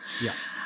Yes